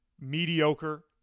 mediocre